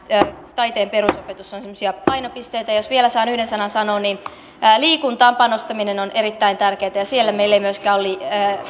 taiteen perusopetus ovat sellaisia painopisteitä jos vielä saan yhden asian sanoa liikuntaan panostaminen on erittäin tärkeätä ja siellä meillä ei myöskään ole